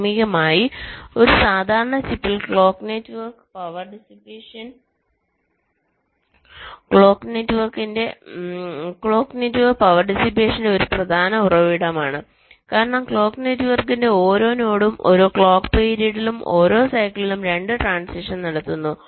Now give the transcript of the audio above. പ്രാഥമികമായി ഒരു സാധാരണ ചിപ്പിൽ ക്ലോക്ക് നെറ്റ്വർക്ക് പവർ ഡിസ്സിപ്പേഷന്റെ ഒരു പ്രധാന ഉറവിടമാണ് കാരണം ക്ലോക്ക് നെറ്റ്വർക്കിന്റെ ഓരോ നോഡും ഓരോ ക്ലോക്ക് പിരീഡിലും ഓരോ സൈക്കിളിലും 2 ട്രാന്സിഷൻസ് നടത്തുന്നു